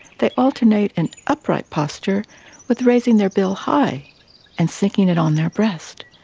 they alternate an upright posture with raising their bill high and sinking it on their breast,